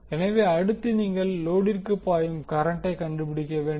எனவே அடுத்து நீங்கள் லோடிற்குள் பாயும் கரண்ட்டை கண்டுபிடிக்க வேண்டும்